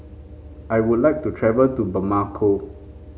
I would like to travel to Bamako